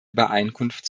übereinkunft